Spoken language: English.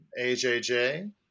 AJJ